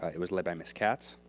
it was led by ms. katz.